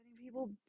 People